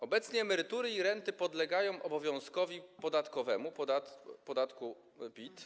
Obecnie emerytury i renty podlegają obowiązkowi podatkowemu - podatek PIT.